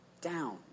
down